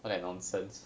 all that nonsense